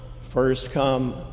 first-come